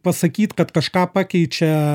pasakyt kad kažką pakeičia